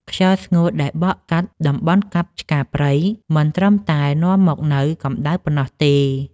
ខ្យល់ស្ងួតដែលបក់កាត់តំបន់កាប់ឆ្ការព្រៃ មិនត្រឹមតែនាំមកនូវកម្ដៅប៉ុណ្ណោះទេ។